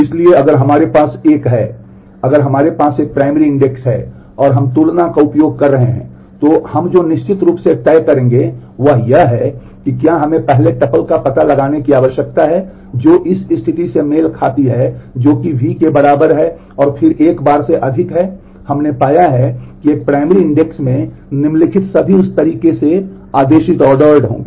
इसलिए अगर हमारे पास एक है अगर हमारे पास एक प्राथमिक इंडेक्स में निम्नलिखित सभी उस तरीके से आदेशित होंगे